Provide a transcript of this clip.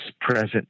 present